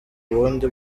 bundi